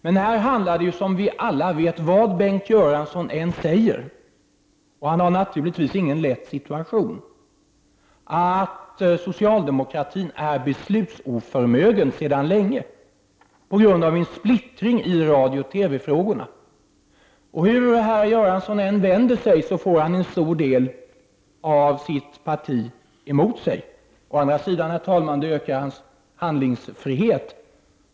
Men vad Bengt Göransson än säger — och han befinner sig naturligtvis inte i någon lätt situation — handlar det ju här, som vi alla vet, om att socialdemokratin på grund av en splittring i radiooch TV-frågorna sedan länge är beslutsoförmögen. Hur herr Göransson än vänder sig, får han en stor del av sitt parti emot sig. Å andra sidan ökar detta, herr talman, hans handlingsfrihet.